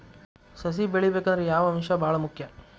ಸಸಿ ಬೆಳಿಬೇಕಂದ್ರ ಯಾವ ಅಂಶ ಭಾಳ ಮುಖ್ಯ?